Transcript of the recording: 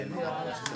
זה רק למוקד גודש.